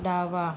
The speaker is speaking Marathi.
डावा